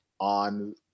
on